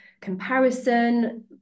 comparison